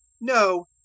No